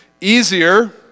easier